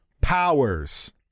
powers